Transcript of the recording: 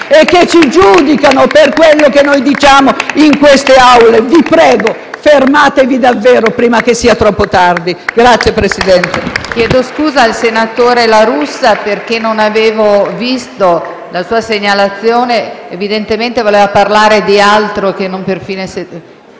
e che ci giudicano per quello che noi diciamo in queste Aule. Vi prego, fermatevi davvero, prima che sia troppo tardi. *(Applausi